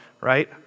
right